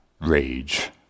rage